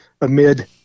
amid